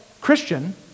Christian